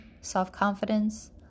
self-confidence